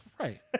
right